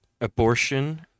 abortion